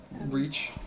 Reach